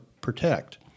protect